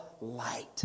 light